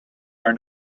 are